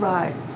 Right